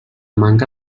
manca